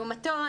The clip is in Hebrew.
לעומתו,